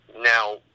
Now